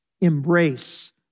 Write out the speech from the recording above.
embrace